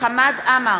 חמד עמאר,